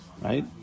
Right